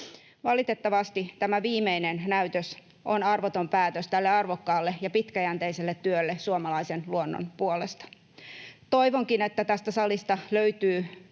Valitettavasti tämä viimeinen näytös on arvoton päätös tälle arvokkaalle ja pitkäjänteiselle työlle suomalaisen luonnon puolesta. Toivonkin, että tästä salista löytyy